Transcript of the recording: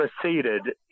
proceeded